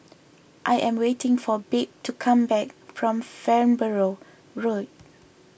I am waiting for Babe to come back from Farnborough Road